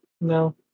No